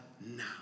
now